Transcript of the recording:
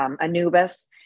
Anubis